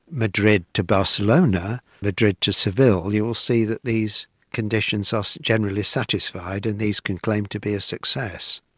madrid to barcelona, madrid to seville, you'll see that these conditions are generally satisfied and these can claim to be a success.